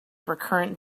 recurrent